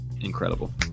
incredible